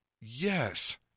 Yes